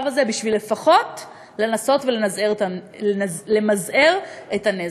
הזה בשביל לפחות לנסות למזער את הנזק.